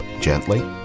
gently